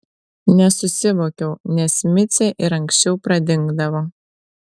nesusivokiau nes micė ir anksčiau pradingdavo